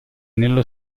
nello